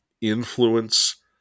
influence